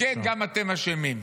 וכן, גם אתם אשמים.